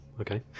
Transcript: Okay